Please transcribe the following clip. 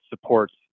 supports